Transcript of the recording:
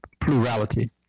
plurality